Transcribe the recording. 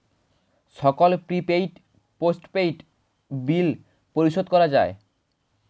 সকল prepaid, postpaid bill পরিশোধ করা যায়